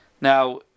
Now